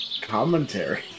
Commentary